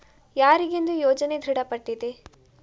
ಯಾರಿಗೆಂದು ಯೋಜನೆ ದೃಢಪಟ್ಟಿದೆ?